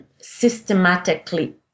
systematically